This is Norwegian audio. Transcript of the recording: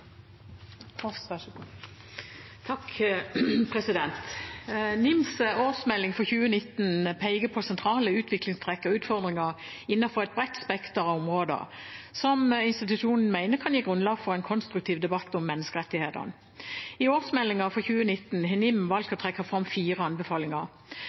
årsmelding for 2019 peker på sentrale utviklingstrekk og utfordringer innenfor et bredt spekter av områder som institusjonen mener kan gi grunnlag for en konstruktiv debatt om menneskerettighetene. I årsmeldingen for 2019 har NIM